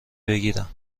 بگیرم